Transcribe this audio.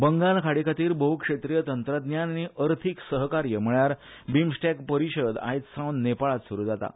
बंगाल खाडी खातीर बह्क्षेत्रीय तंत्रज्ञान आनी अर्थिक सहकार्य म्हळ्यार बिंमस्टॅक परिषद आयज सावन नेपाळात सुरू जाता